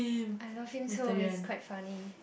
I love him so he's quite funny